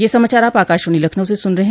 ब्रे क यह समाचार आप आकाशवाणी लखनऊ से सुन रहे हैं